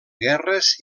guerres